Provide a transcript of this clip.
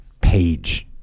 page